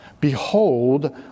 Behold